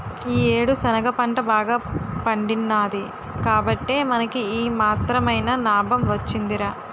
ఈ యేడు శనగ పంట బాగా పండినాది కాబట్టే మనకి ఈ మాత్రమైన నాబం వొచ్చిందిరా